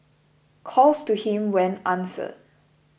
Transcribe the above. calls to him went answered